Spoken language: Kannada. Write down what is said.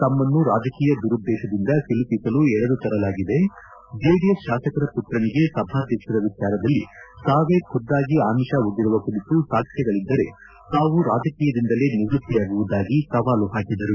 ತಮ್ನನ್ನು ರಾಜಕೀಯ ದುರುದ್ದೇಶದಿಂದ ಸಿಲುಕಿಸಲು ಎಳೆದು ತರಲಾಗಿದೆ ಜೆಡಿಎಸ್ ಶಾಸಕರ ಮತ್ರನಿಗೆ ಸಭಾಧ್ಯಕ್ಷರ ವಿಚಾರದಲ್ಲಿ ತಾವೇ ಖುದ್ದಾಗಿ ಅಮಿಷ ಒಡ್ಡಿರುವ ಕುರಿತು ಸಾಕ್ಷ್ಮಗಳದ್ದರೆ ತಾವು ರಾಜಕೀಯದಿಂದಲೇ ನಿವೃತ್ತಿಯಾಗುವುದಾಗಿ ಸವಾಲು ಹಾಕಿದರು